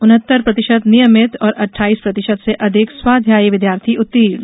उनहत्तर प्रतिशत नियमित और अट्ठाईस प्रतिशत से अधिक स्वाध्यायी विद्यार्थी उत्तीर्ण